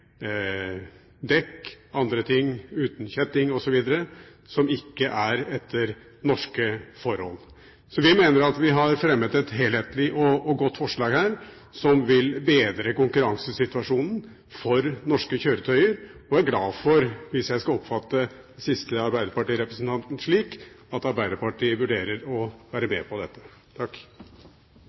dekk som ikke er etter norske forhold, uten kjetting osv. Vi mener at vi her har fremmet et helhetlig og godt forslag som vil bedre konkurransesituasjonen for norske kjøretøy og er glad for – hvis jeg skal oppfatte siste arbeiderpartirepresentant slik – at Arbeiderpartiet vurderer å være med på dette.